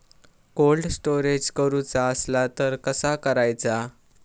Cold storage करूचा असला तर कसा करायचा?